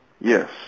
Yes